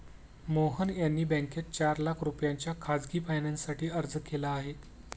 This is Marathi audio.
मोहन यांनी बँकेत चार लाख रुपयांच्या खासगी फायनान्ससाठी अर्ज केला आहे